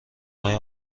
های